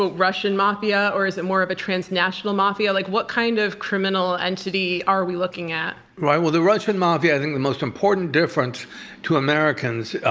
ah russian mafia or is it more of a transnational mafia? like what kind of criminal entity are we looking at? right, well the russian mafia, i think the most important difference to americans,